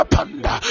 Panda